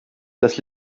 das